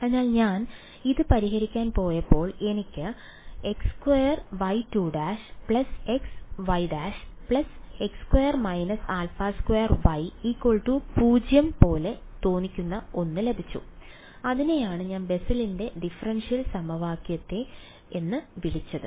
അതിനാൽ ഞാൻ ഇത് പരിഹരിക്കാൻ പോയപ്പോൾ എനിക്ക് x2y′′ xy′ x2 − α2y 0 പോലെ തോന്നിക്കുന്ന ഒന്ന് ലഭിച്ചു അതിനെയാണ് ഞാൻ ബെസ്സലിന്റെ Bessel's ഡിഫറൻഷ്യൽ സമവാക്യത്തെ എന്ന് വിളിച്ചത്